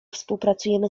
współpracujemy